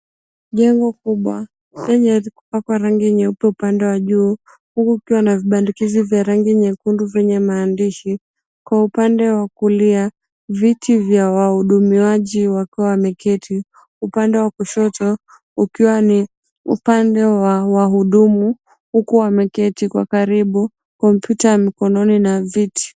Jengo kubwa lenye limepakwa rangi nyeupe upande wa juu huku ukiwa na vibandikizi vya rangi nyekundu vyenye maandishi. Kwa upande wa kulia viti vya wahudumiwaji wakiwa wameketi. Upande wa kushoto ukiwa ni upande wa wahudumu huku wameketi kwa karibu kompyuta ya mikononi na viti.